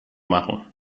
machen